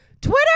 Twitter